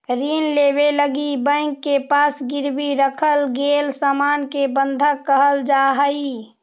ऋण लेवे लगी बैंक के पास गिरवी रखल गेल सामान के बंधक कहल जाऽ हई